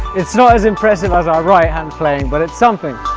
it's not as impressive as our right hand playing but it's something!